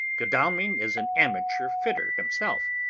godalming is an amateur fitter himself,